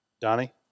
Donnie